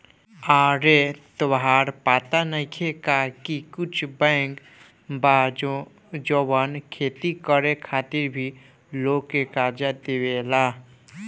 आरे तोहरा पाता नइखे का की कुछ बैंक बा जवन खेती करे खातिर भी लोग के कर्जा देवेला